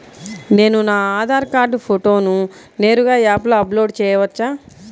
నేను నా ఆధార్ కార్డ్ ఫోటోను నేరుగా యాప్లో అప్లోడ్ చేయవచ్చా?